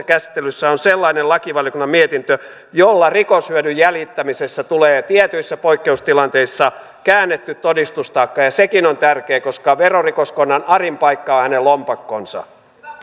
käsittelyssä on sellainen lakivaliokunnan mietintö jolla rikoshyödyn jäljittämisessä tulee tietyissä poikkeustilanteissa käännetty todistustaakka sekin on tärkeä koska verorikoskonnan arin paikka on hänen lompakkonsa